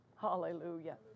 hallelujah